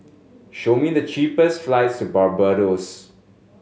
show me the cheapest flights to Barbados